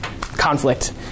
conflict